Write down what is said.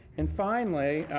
and finally,